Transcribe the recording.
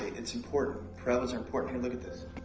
it's important. parabolas are important. here, look at this.